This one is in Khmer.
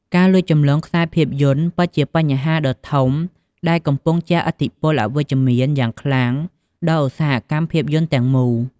ការលួចចម្លងខ្សែភាពយន្តពិតជាបញ្ហាដ៏ធំដែលកំពុងជះឥទ្ធិពលអវិជ្ជមានយ៉ាងខ្លាំងដល់ឧស្សាហកម្មភាពយន្តទាំងមូល។